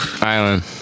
Island